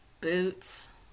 boots